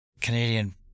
Canadian